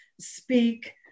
speak